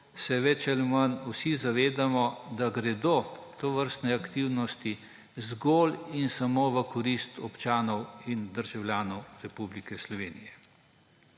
se več ali manj vsi zavedamo, da gredo tovrstne aktivnosti zgolj in samo v korist občanov in državljanov Republike Slovenije.